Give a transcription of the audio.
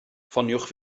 ffoniwch